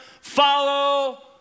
follow